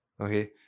okay